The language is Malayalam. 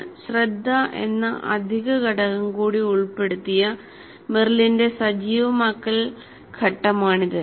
"ശ്രദ്ധ" എന്ന അധിക ഘടകം കൂടി ഉൾപ്പെടുത്തിയ മെറിലിന്റെ സജീവമാക്കൽ ഘട്ടമാണിത്